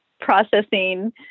processing